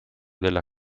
della